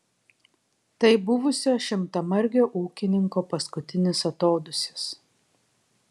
tai buvusio šimtamargio ūkininko paskutinis atodūsis